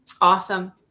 Awesome